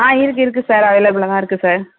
ஆ இருக்கு இருக்கு சார் அவைலபிள்ளாகதான் இருக்கு சார்